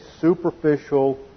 superficial